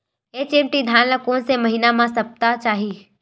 HMT धान ल कोन से महिना म सप्ता चाही?